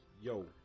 yo